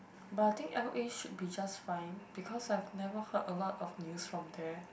but I think L_A should be just fine because I've never heard a lot of news from there